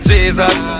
Jesus